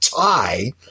tie